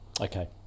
okay